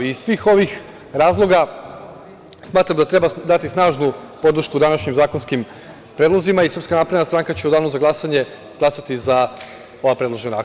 Iz svih ovih razloga, smatram da treba dati snažnu podršku današnjim zakonskim predlozima i SNS će u danu za glasanje glasati za ova predložene akta.